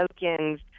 tokens